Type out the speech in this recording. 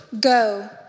Go